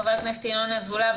חבר הכנסת ינון אזולאי.